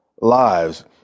lives